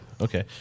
Okay